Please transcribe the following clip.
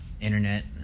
internet